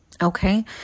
Okay